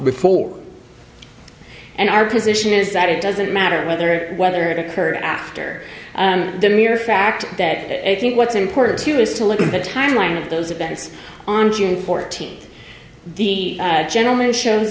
before and our position is that it doesn't matter whether whether it occurred after the mere fact that i think what's important to you is to look at the timeline of those events on june fourteenth the gentleman shows